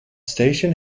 station